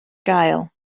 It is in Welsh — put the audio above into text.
gael